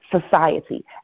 society